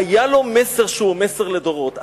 היה לו מסר שהוא מסר לדורות.